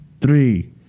Three